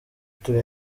turi